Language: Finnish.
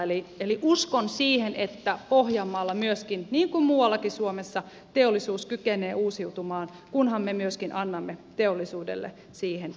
eli uskon siihen että myöskin pohjanmaalla niin kuin muuallakin suomessa teollisuus kykenee uusiutumaan kunhan me myöskin annamme teollisuudelle siihen edellytyksiä